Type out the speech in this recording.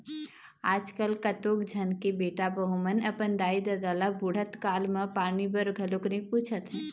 आजकल कतको झन के बेटा बहू मन अपन दाई ददा ल बुड़हत काल म पानी बर घलोक नइ पूछत हे